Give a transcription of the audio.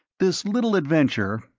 this little adventure,